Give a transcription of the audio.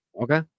Okay